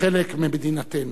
חלק ממדינתנו.